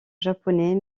japonais